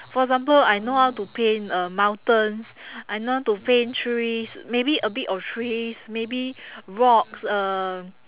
for example I know how to paint uh mountains I know how to paint trees maybe a bit of trees maybe rocks um